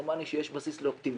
דומני שיש בסיס לאופטימיות.